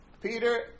Peter